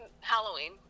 halloween